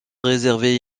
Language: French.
réservée